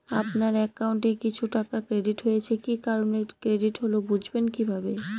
আপনার অ্যাকাউন্ট এ কিছু টাকা ক্রেডিট হয়েছে কি কারণে ক্রেডিট হল বুঝবেন কিভাবে?